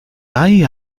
hay